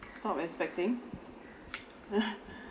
stop expecting